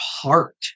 heart